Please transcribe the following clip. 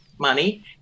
money